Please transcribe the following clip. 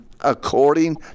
according